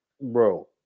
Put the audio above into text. Bro